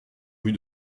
rue